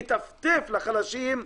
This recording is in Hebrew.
מטפטף לחלשים,